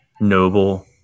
noble